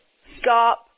stop